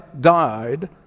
died